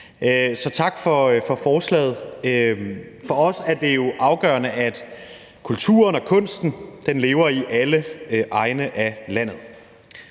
Tak for forslaget. For os er det afgørende, at kulturen og kunsten lever i alle egne af landet.